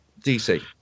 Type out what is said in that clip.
DC